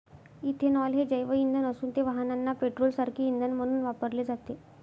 ethanol हे जैवइंधन असून ते वाहनांना पेट्रोलसारखे इंधन म्हणून वापरले जाते